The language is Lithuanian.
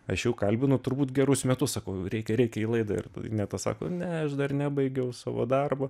aš jau kalbinu turbūt gerus metus sakau reikia reikia į laidą sako ne aš dar nebaigiau savo darbo